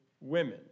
women